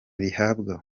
rihabwa